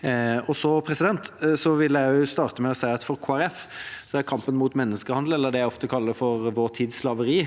Jeg vil innledningsvis si at for Kristelig Folkeparti er kampen mot menneskehandel, eller det jeg ofte kaller for vår tids slaveri,